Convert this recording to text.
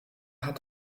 hat